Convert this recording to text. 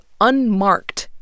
unmarked